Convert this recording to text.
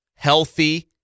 healthy